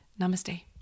namaste